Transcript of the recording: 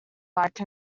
alike